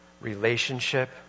relationship